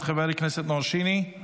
חברת הכנסת מטי צרפתי הרכבי,